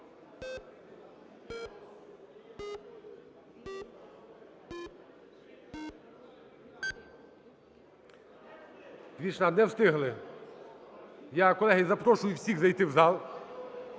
За-214 Не встигли. Я, колеги, запрошую всіх зайти в зал.